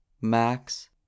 Max